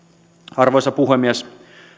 arvoisa puhemies